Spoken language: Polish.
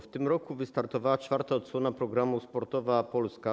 W tym roku wystartowała czwarta odsłona programu „Sportowa Polska”